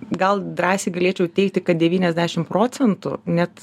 gal drąsiai galėčiau teigti kad devyniasdešim procentų net